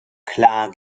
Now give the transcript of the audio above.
klar